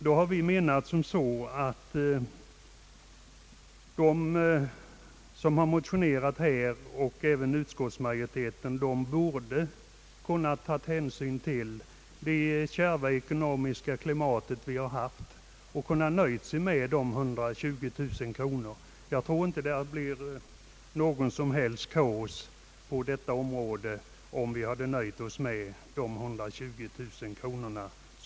Då har vi menat att motionärerna och även utskottsmajoriteten borde kunnat ta hänsyn till det kärva ekonomiska klimatet och nöjt sig med de 120000 kronorna. Jag tror inte att det behöver bli något som helst kaos på detta område om vi nöjer oss med de föreslagna 120 000 kronorna.